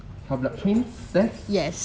half blood princess